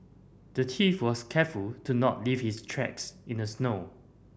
the thief was careful to not leave his tracks in the snow